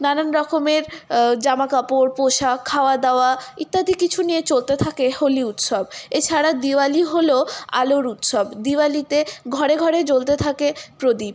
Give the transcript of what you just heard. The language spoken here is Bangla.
নানান রকমের জামাকাপড় পোশাক খাওয়া দাওয়া ইত্যাদি কিছু নিয়ে চলতে থাকে হোলি উৎসব এছাড়া দিওয়ালি হল আলোর উৎসব দিওয়ালিতে ঘরে ঘরে জ্বলতে থাকে প্রদীপ